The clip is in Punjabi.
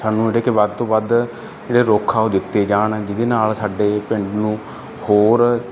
ਸਾਨੂੰ ਜਿਹੜੇ ਕਿ ਵੱਧ ਤੋਂ ਵੱਧ ਜਿਹੜੇ ਰੁੱਖ ਆ ਉਹ ਦਿੱਤੇ ਜਾਣ ਜਿਹਦੇ ਨਾਲ ਸਾਡੇ ਪਿੰਡ ਨੂੰ ਹੋਰ